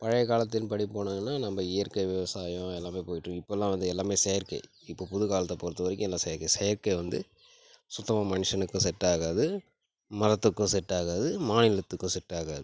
பழையகாலத்தின்படி போனீங்கன்னால் நம்ம இயற்கை விவசாயம் எல்லாமே போயிகிட்ருக்கு இப்போல்லாம் வந்து எல்லாமே செயற்கை இப்போது புதுகாலத்தை பொறுத்த வரைக்கும் எல்லாம் செயற்கை செயற்கை வந்து சுத்தமாக மனுஷனுக்கு செட் ஆகாது மரத்துக்கும் செட் ஆகாது மாநிலத்துக்கும் செட் ஆகாது